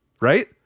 Right